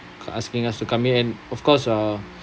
for asking us to come in and of course uh